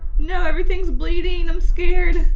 no! everything's bleeding! i'm scared!